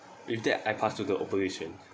with that I pass to the opposition